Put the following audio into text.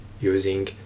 using